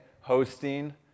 hosting